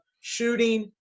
shooting